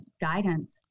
guidance